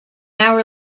hour